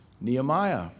Nehemiah